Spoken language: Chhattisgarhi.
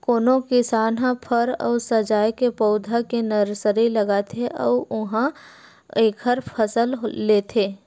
कोनो किसान ह फर अउ सजाए के पउधा के नरसरी लगाथे अउ उहां एखर फसल लेथे